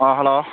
ꯑꯥ hello